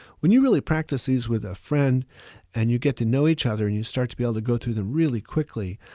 when you really practice these with a friend and you get to know each other and you start to be able to go through them really quickly,